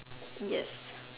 yes